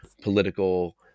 political